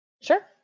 Sure